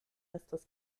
estas